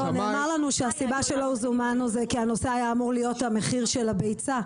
היא שהנושא היה אמור להיות מחיר הביצה,